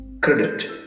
Credit